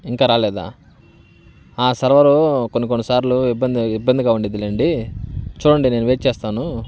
ఇంకా రాలేదా సర్వరు కొన్ని కొన్ని సార్లు ఇబ్బం ఇబ్బందిగా ఉండిద్దిలెండి చూడండి నేను వెయిట్ చేస్తాను